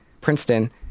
Princeton